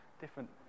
different